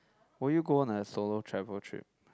will you go on a solo travel trip